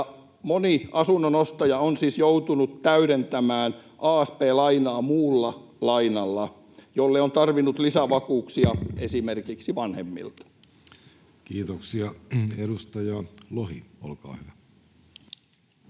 moni asunnon ostaja on siis joutunut täydentämään asp-lainaa muulla lainalla, jolle on tarvinnut lisävakuuksia esimerkiksi vanhemmilta. [Speech 130] Speaker: